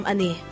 Ani